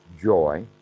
joy